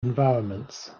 environments